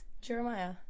jeremiah